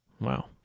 Wow